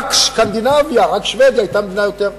רק סקנדינביה, רק שבדיה, היו יותר.